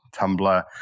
Tumblr